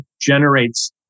generates